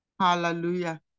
Hallelujah